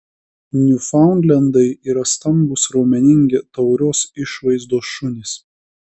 niufaundlendai yra stambūs raumeningi taurios išvaizdos šunys